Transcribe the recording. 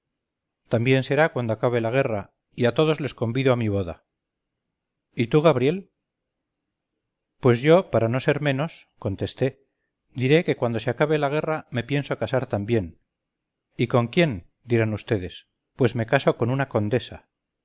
también será cuando acabe la guerra y a todos les convido a mi boda y tú gabriel pues yo para no ser menos contesté diré que cuando se acabe la guerra me pienso casar también y con quién dirán vds pues me caso con una condesa